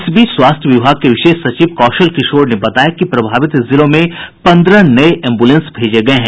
इस बीच स्वास्थ्य विभाग के विशेष सचिव कौशल किशोर ने बताया कि प्रभावित जिलों में पन्द्रह नये एम्बुलेंस भेजे गये हैं